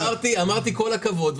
אמרתי כל הכבוד,